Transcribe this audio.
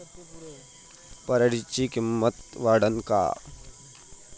पराटीची किंमत वाढन का?